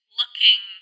looking